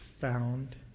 found